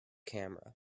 camera